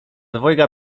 dwojga